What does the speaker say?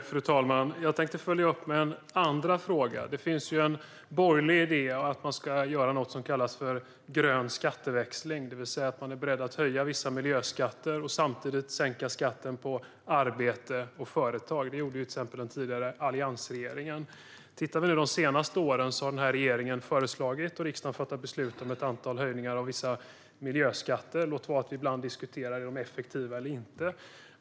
Fru talman! Jag tänkte följa upp med en andra fråga. Det finns ju en borgerlig idé om att göra något som kallas för grön skatteväxling, det vill säga att man är beredd att höja vissa miljöskatter och samtidigt sänka skatten på arbete och företag. Detta gjorde till exempel den tidigare alliansregeringen. De senaste åren har den här regeringen föreslagit, och riksdagen fattat beslut om, ett antal höjningar av vissa miljöskatter. Låt vara att vi ibland diskuterar om de är effektiva eller inte.